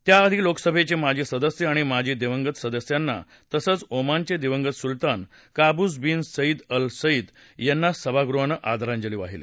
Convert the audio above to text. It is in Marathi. त्याआधी लोकसभेचे माजी सदस्य आणि माजी दिवंगत सदस्यांना तसंच ओमानचे दिवंगत सुल्तान Qaboos bin Said al Said यांना सभागृहानं आदरांजली वाहिली